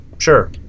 Sure